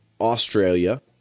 Australia